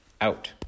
out